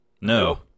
No